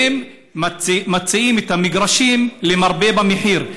הם מציעים את המגרשים למרבה במחיר.